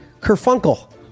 Kerfunkel